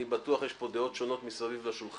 אני בטוח שיש פה דעות שונות מסביב לשולחן,